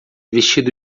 vestido